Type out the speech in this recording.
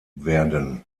werden